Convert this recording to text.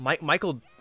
Michael